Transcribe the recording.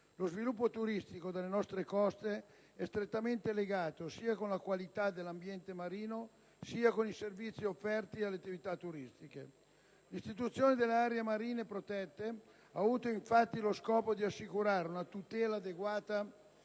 Lo sviluppo turistico delle nostre coste è strettamente legato sia con la qualità dell'ambiente marino sia con i servizi offerti alle attività turistiche. L'istituzione delle aree marine protette ha avuto infatti lo scopo di assicurare una tutela adeguata